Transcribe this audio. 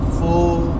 full